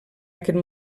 aquest